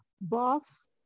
boss